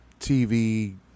TV